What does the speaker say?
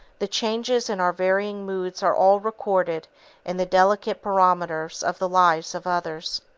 the changes in our varying moods are all recorded in the delicate barometers of the lives of others.